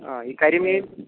ആ ഈ കരിമീൻ